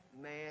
man